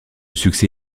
succès